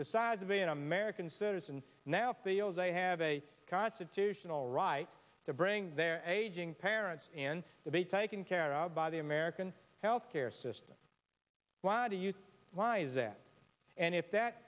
decide to be an american citizen now feels they have a constitutional right to bring their aging parents and to be taken care of by the american health care system why do you why is that and if that